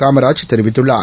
காமராஜ் தெரிவித்துள்ளார்